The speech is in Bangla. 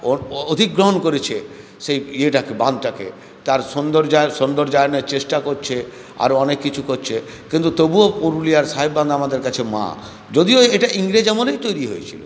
অধিগ্রহণ করেছে সেই ইয়েটাকে বাঁধটাকে তার সৌন্দর্যায়ন সৌন্দর্যায়নের চেষ্টা করছে আরো অনেক কিছু করছে কিন্তু তবুও পুরুলিয়ার সাহেব বাঁধ আমাদের কাছে মা যদিও এটা ইংরেজ আমলেই তৈরি হয়েছিলো